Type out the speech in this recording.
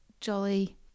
jolly